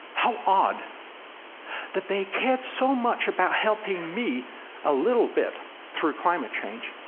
how odd that they cared so much about helping me a little bit through climate change,